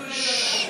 שיצביעו נגד הרפורמה.